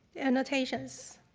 annotations.